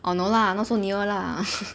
orh no lah not so near lah